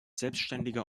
selbstständiger